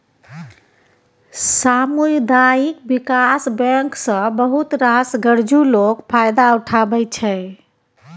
सामुदायिक बिकास बैंक सँ बहुत रास गरजु लोक फायदा उठबै छै